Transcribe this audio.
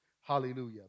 Hallelujah